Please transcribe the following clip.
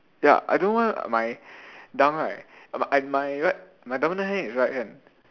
ya I don't know why my dunk right but at my right my double dunk hand is right hand